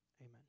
Amen